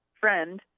friend